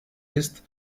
ist